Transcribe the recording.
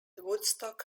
woodstock